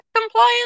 Compliance